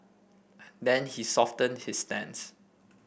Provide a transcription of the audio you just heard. then he softened he stance